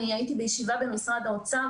הייתי בישיבה במשרד האוצר,